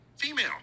female